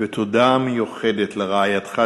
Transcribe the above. ותודה מיוחדת לרעייתך,